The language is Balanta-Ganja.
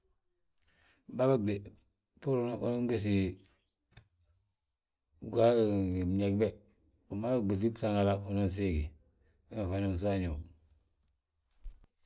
Bâa bég de, bbúru unan giisi, mñeg be umada ɓéŧi bsangala, unan siigi, wemma fana wi súwañe wi.